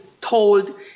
told